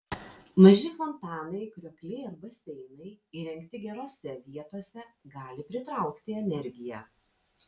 maži fontanai kriokliai ar baseinai įrengti gerose vietose gali pritraukti energiją